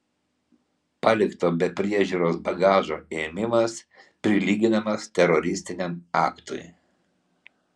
palikto be priežiūros bagažo ėmimas prilyginamas teroristiniam aktui